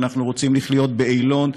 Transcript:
אנחנו רוצים לחיות באילון,